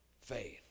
faith